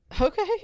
Okay